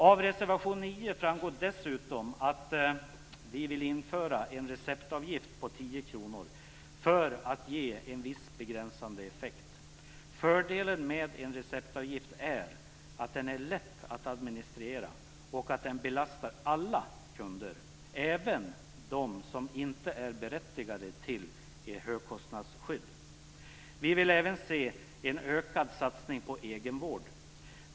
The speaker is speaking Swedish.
Av reservation nr 7 framgår dessutom att vi vill införa en receptavgift på 10 kr för att ge en viss begränsande effekt. Fördelen med en receptavgift är att den är lätt att administrera och att den belastar alla kunder, även dem som inte är berättigade till högkostnadsskydd. Vi vill även se en ökad satsning på egenvård.